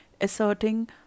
asserting